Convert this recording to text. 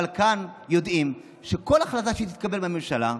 אבל כאן יודעים שכל החלטה שתתקבל בממשלה,